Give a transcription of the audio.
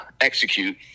execute